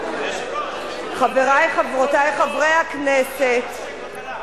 חברי וחברותי חברי הכנסת,